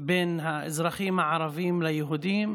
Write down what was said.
בין אזרחים ערבים ליהודים